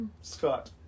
Scott